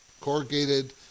corrugated